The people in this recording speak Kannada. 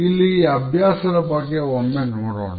ಇಲ್ಲಿ ಈ ಅಭ್ಯಾಸದ ಬಗ್ಗೆ ಒಮ್ಮೆ ನೋಡೋಣ